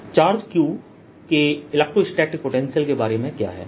charge q के electrostatic potential के बारे में क्या है